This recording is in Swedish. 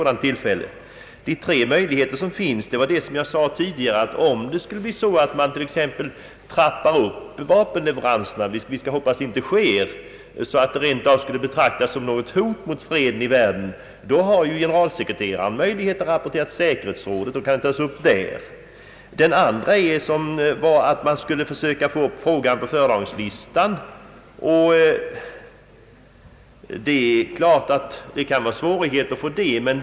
De tre möjligheter som finns är för det första att om t.ex. vapenleveranserna skulle trappas upp — vilket vi skall hoppas inte sker — så att de rent av skulle betraktas som hot mot freden i världen så har generalsekreteraren möjlighet att rapportera det till säkerhetsrådet så att frågan kan tas upp där. Den andra möjligheten är att man skulle försöka få upp frågan på FN:s föredragningslista, men det är klart att detta kan erbjuda svårigheter.